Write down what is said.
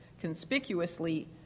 conspicuously